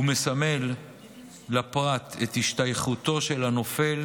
הוא מסמל לפרט את השתייכותו של הנופל